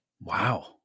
wow